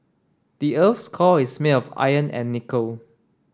the earth's core is made of iron and nickel